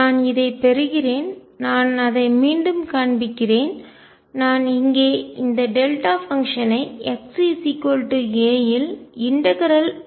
நான் இதை பெறுகிறேன் நான் அதை மீண்டும் காண்பிக்கிறேன் நான் இங்கே இந்த டெல்டா பங்ஷன் ஐ x a இல் இன்டகரல் ஒருங்கிணைக்கிறேன் செய்கிறேன்